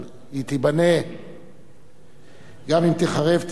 אבל גם אם תיחרב,